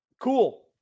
cool